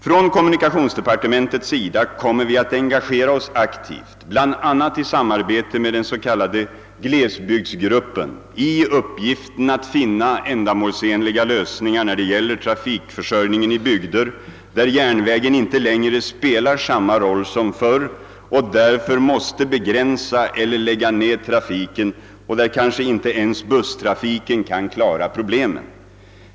Från kommunikationsdepartementets sida kommer vi att engagera oss aktivt bl.a. i samarbete med den s.k. glesbygdsgruppen i uppgiften att finna ändamålsenliga lösningar när det gäller trafikförsörjningen i bygder, där järnvägen inte längre spelar samma roll som förr och därför måste begränsa eller lägga ned trafiken och där kanske inte ens busstrafiken kan klara problemen.